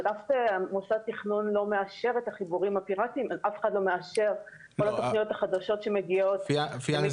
אף אחד לא מאשר בכל התוכניות החדשות שמגיעות --- פיאנה,